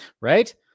right